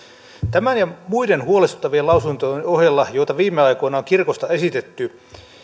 tämän ja muiden huolestuttavien lausuntojen ohella joita viime aikoina on kirkosta esitetty